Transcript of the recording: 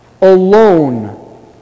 alone